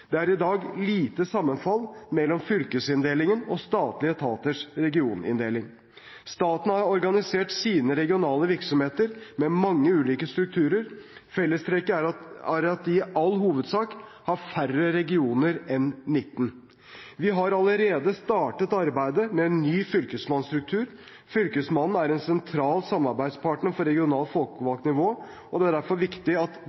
Det er i dag lite sammenfall mellom fylkesinndelingen og statlige etaters regioninndeling. Staten har organisert sine regionale virksomheter med mange ulike strukturer. Fellestrekket er at de i all hovedsak har færre regioner enn 19. Vi har allerede startet arbeidet med en ny fylkesmannsstruktur. Fylkesmannen er en sentral samarbeidspartner for regionalt folkevalgt nivå, og det er derfor viktig at